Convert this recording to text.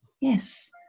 yes